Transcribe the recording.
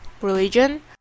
religion